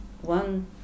one